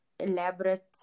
Elaborate